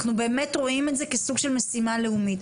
אנחנו באמת רואים את זה כסוג של משימה לאומית.